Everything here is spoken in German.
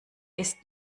ist